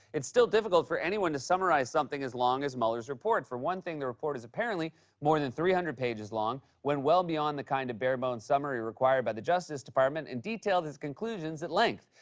it's still difficult for anyone to summarize something as long as mueller's report. for one thing, the report is apparently more than three hundred pages long, went well beyond the kind of bare-bones summary required by the justice department, and detailed his conclusions at length.